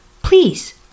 Please